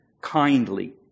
kindly